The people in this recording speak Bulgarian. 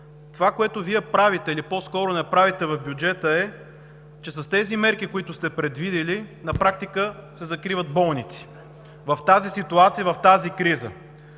това, което Вие правите, или по-скоро не правите в бюджета, е, че с тези мерки, които сте предвидили, на практика се закриват болници в тази ситуация, в тази криза.